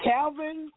Calvin